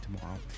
tomorrow